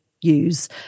use